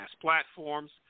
platforms